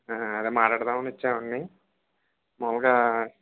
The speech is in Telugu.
అదే మాటాడదాం అనే వచ్చామండి మామూలుగా